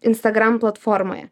instagram platformoje